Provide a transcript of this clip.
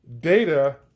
data